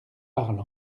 parle